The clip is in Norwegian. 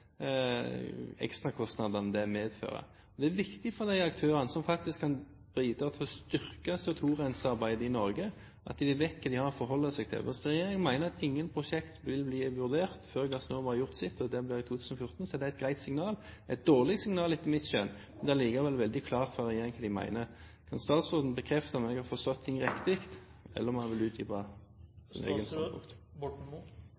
ekstrakostnadene som det medfører. Det er viktig for de aktørene som faktisk kan bidra til å styrke CO2-rensearbeidet i Norge, at de vet hva de har å forholde seg til. Hvis regjeringen mener at ingen prosjekter vil bli vurdert før Gassnova har gjort sitt – og det blir i 2014 – så er det et greit signal. Det er et dårlig signal etter mitt skjønn, men det er likevel veldig klart hva regjeringen egentlig mener. Kan statsråden bekrefte om jeg har fortsatt ting riktig, eller vil han utdype det litt mer? Jeg er usikker på om